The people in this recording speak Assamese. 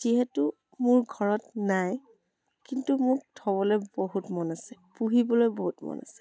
যিহেতু মোৰ ঘৰত নাই কিন্তু মোৰ থ'বলৈ বহুত মন আছে পুহীবলৈ বহুত মন আছে